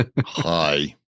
Hi